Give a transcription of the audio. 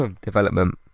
development